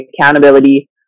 accountability